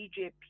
BJP